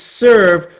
serve